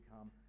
come